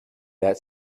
that